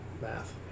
math